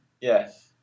Yes